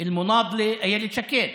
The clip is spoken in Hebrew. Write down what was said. אל-מונדלה אילת שקד.